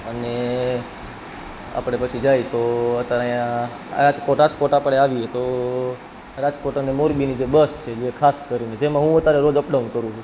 અને આપણે પછી જાય તો અત્યાર અહિયાં રાજકોટ રાજકોટ આપણે આવીએ તો રાજકોટ અને મોરબીની જે બસ છે જે ખાસ કરીને જેમાં હું અત્યારે રોજ અપડાઉન કરું છું